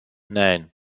nein